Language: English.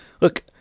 Look